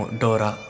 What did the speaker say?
dora